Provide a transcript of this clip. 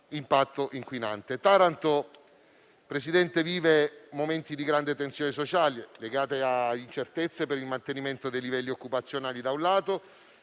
Taranto vive momenti di grandi tensioni sociali, legati alle incertezze per il mantenimento dei livelli occupazionali, da un lato,